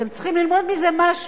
אתם צריכים ללמוד מזה משהו.